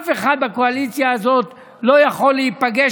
אף אחד בקואליציה הזאת לא יכול להיפגש